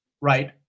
right